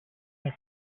his